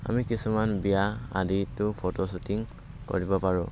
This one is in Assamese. আমি কিছুমান বিয়া আদিতো ফটো শ্বুটিং কৰিব পাৰোঁ